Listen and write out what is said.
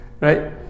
right